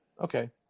okay